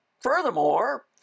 Furthermore